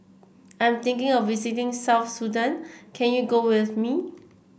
I'm thinking of visiting South Sudan can you go with me